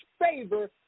favor